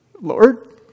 Lord